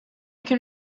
can